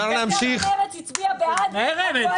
העבודה ומרצ הצביעה בעד עם הקואליציה.